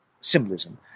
symbolism